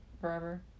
forever